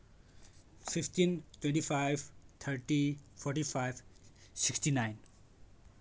fifteen twenty five thirty forty five sixty nine